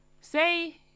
Say